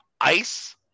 ice